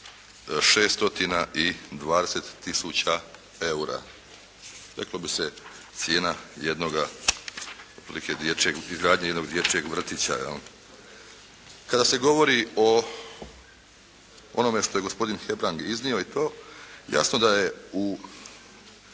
tisuća eura, reklo bi se cijena jednoga otprilike izgradnje jednog dječjeg vrtića, je li? Kada se govori o onome što je gospodin Hebrang iznio i to, jasno da je u